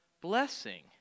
blessing